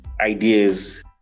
ideas